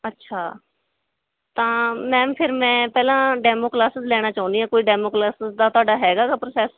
ਅੱਛਾ ਤਾਂ ਮੈਮ ਫਿਰ ਮੈਂ ਪਹਿਲਾਂ ਡੈਮੋ ਕਲਾਸਿਸ ਲੈਣਾ ਚਾਹੁੰਦੀ ਹਾਂ ਕੋਈ ਡੈਮੋ ਕਲਾਸਿਸ ਦਾ ਤੁਹਾਡਾ ਹੈਗਾ ਗਾ ਪ੍ਰੋਸੈਸ